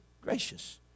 gracious